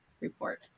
report